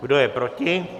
Kdo je proti?